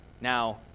Now